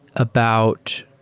about